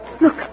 Look